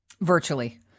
Virtually